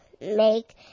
make